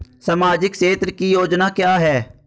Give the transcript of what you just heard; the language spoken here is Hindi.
सामाजिक क्षेत्र की योजना क्या है?